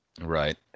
Right